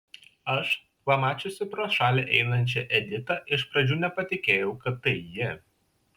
aš pamačiusi pro šalį einančią editą iš pradžių nepatikėjau kad tai ji